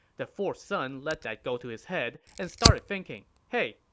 the fourth son let that go to his head and started thinking, hey,